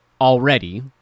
already